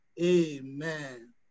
Amen